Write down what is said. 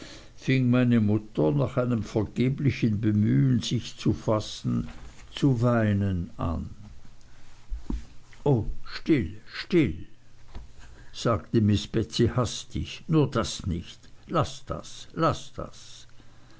meine mutter nach einem vergeblichen bemühen sich zu fassen zu weinen an o still still still sagte miß betsey hastig nur das nicht laß das laß das